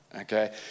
okay